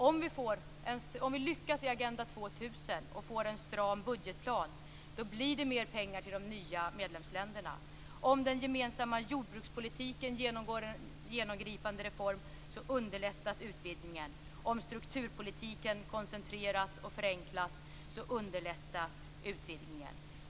Om vi lyckas i Agenda 2000 och får en stram budgetplan, då blir det mer pengar till de nya medlemsländerna. Om den gemensamma jordbrukspolitiken genomgår en genomgripande reform underlättas utvidgningen. Om strukturpolitiken koncentreras och förenklas underlättas också utvidgningen.